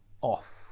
off